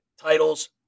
titles